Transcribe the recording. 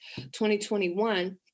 2021